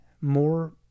more